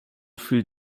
viel